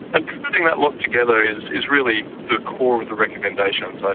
and putting that lot together is is really the core of the recommendations. but